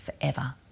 forever